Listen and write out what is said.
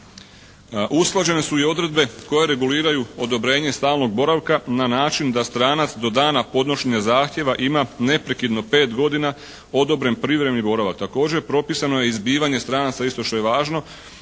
Usklađene su i odredbe koje reguliraju odobrenje stalnog boravka na način da stranac do dana podnošenja zahtjeva ima neprekidno pet godina odobren privremeni boravak. Također propisano je izbivanje stranaca isto što je važno,